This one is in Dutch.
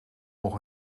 nog